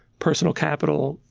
personal capital,